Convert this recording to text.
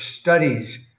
studies